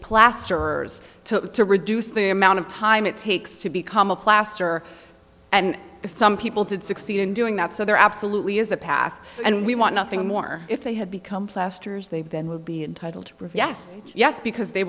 plasterers to to reduce the amount of time it takes to become a plaster and some people did succeed in doing that so there absolutely is a path and we want nothing more if they had become plasters they then would be entitled to prove yes yes because they